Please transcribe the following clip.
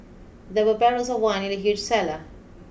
there were barrels of wine in the huge cellar